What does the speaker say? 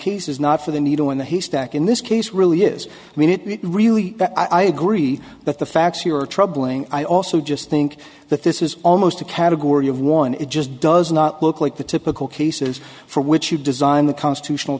cases not for the needle in the haystack in this case really is i mean it really i agree that the facts you are troubling i also just think that this is almost a category of one it just does not look like the typical cases for which you design the constitutional